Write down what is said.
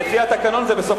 על-פי התקנון, אפשר בסוף